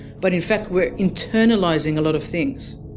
but in fact, we're internalising a lot of things.